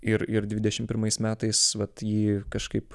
ir ir dvidešim pirmais metais vat jį kažkaip